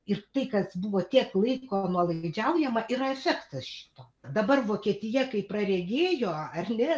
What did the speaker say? ir tai kas buvo tiek laiko nuolaidžiaujama yra efektas šito dabar vokietija kaip praregėjo ar ne